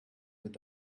with